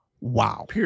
wow